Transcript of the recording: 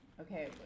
Okay